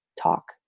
talk